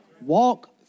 Walk